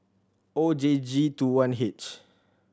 O J G Two one H